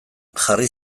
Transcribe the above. jarri